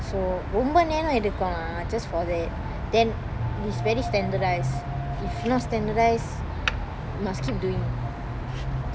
so ரொம்ப நேரம் எடுக்கும்:romba neram edukum lah just for the then it's very standardised if not standardised must keep doing